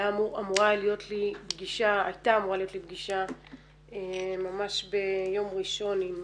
הייתה אמורה להיות לי פגישה ממש ביום ראשון עם